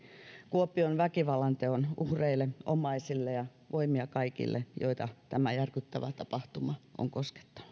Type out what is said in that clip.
kuopion väkivallanteon uhreille omaisille ja voimia kaikille joita tämä järkyttävä tapahtuma on koskettanut